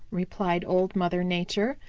replied old mother nature.